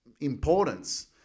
importance